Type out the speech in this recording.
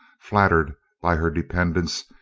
flattered by her dependants,